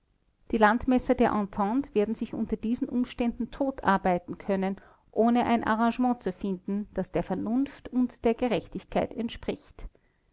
die landmesser der entente werden sich unter diesen umständen totarbeiten können ohne ein arrangement zu finden das der vernunft und der gerechtigkeit entspricht